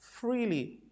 freely